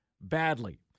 badly